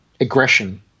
aggression